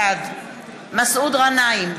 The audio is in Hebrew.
בעד מסעוד גנאים,